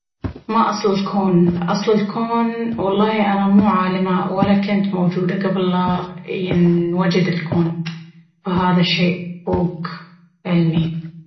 ما أصل الكون... أصل الكون والله انا مو عالمة ولا كنت موجودة قبل لا ينوجد الكون فهذا الشيء فوق علمي